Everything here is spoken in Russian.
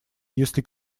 если